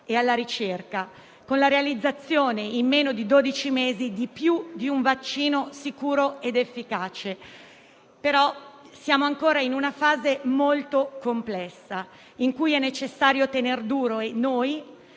e alla ricerca, con la realizzazione, in meno di dodici mesi, di più di un vaccino sicuro ed efficace. Ci troviamo però ancora in una fase molto complessa, in cui è necessario tener duro e